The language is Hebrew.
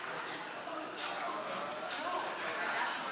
הלאומית לבטיחות בדרכים (הוראת שעה) (תיקון מס'